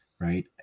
right